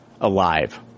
alive